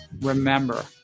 remember